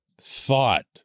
thought